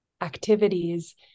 activities